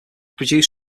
executive